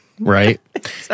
Right